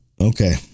Okay